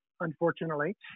unfortunately